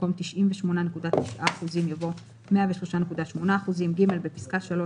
במקום "98.9%" יבוא "103.8%"; בפסקה (3),